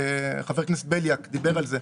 חבר הכנסת בליאק דיבר על זה,